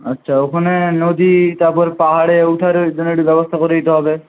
আচ্ছা ওখানে নদী তারপর পাহাড়ে ওঠার জন্য একটু ব্যবস্থা করে দিতে হবে